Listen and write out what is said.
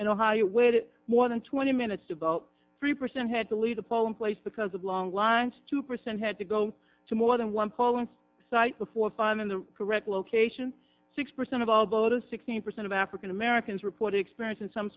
where more than twenty minutes to vote three percent had to leave the polling place because of long lines two percent had to go to more than one polling site before finding the correct location six percent of all voters sixteen percent of african americans report experience in some